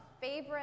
favorite